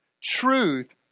Truth